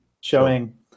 Showing